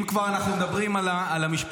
אם כבר אנחנו מדברים על המשפט,